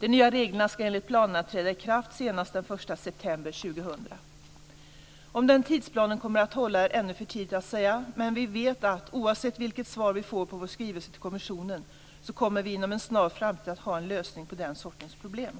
De nya reglerna ska enligt planerna träda i kraft senast den 1 september 2000. Om den tidsplanen kommer att hålla är ännu för tidigt att säga, men vi vet att, oavsett vilket svar vi får på vår skrivelse till kommissionen, vi inom en snar framtid kommer att ha en lösning på den sortens problem.